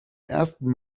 ersten